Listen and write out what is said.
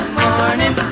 morning